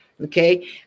Okay